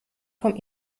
vom